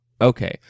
Okay